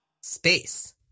Space